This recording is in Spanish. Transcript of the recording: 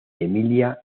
emilia